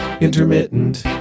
Intermittent